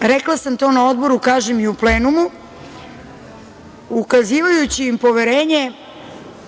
Rekla sam to na Odboru, kažem i u plenumu, ukazivajući im poverenje,